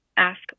ask